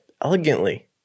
elegantly